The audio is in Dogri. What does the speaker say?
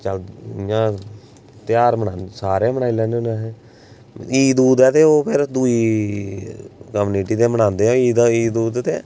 चल इ'यां तेहार मनान सारे मनाई लैन्ने होन्ने अस ईद ऊद ऐ ते ओह् फिर दूई कम्युनिटी दे मनांदे ऐ ईद ऊद ते